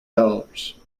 dollars